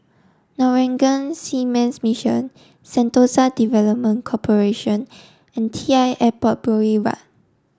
Norwegian Seamen's Mission Sentosa Development Corporation and T I Airport Boulevard